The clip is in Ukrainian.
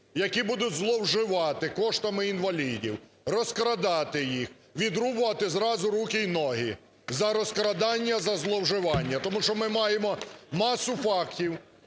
які будуть зловживати коштами інвалідів, розкрадати їх, відрубувати зразу руки й ноги, за розкрадання, за зловживання. Тому що ми маємо масу фактів,